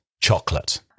chocolate